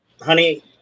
Honey